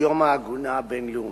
יום העגונה הבין-לאומי,